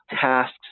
tasks